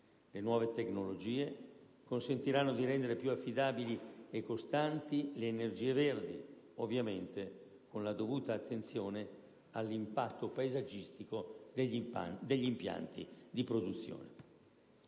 Le nuove tecnologie consentiranno di rendere più affidabili e costanti le energie verdi, ovviamente con la dovuta attenzione all'impatto paesaggistico degli impianti di produzione.